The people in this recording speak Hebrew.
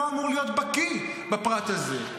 לא אמור להיות בקיא בפרט הזה,